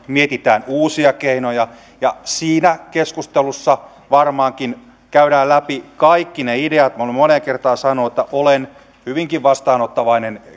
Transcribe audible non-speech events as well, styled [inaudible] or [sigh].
mietitään uusia keinoja ja siinä keskustelussa varmaankin käydään läpi kaikki ne ideat minä olen moneen kertaan sanonut että olen hyvinkin vastaanottavainen [unintelligible]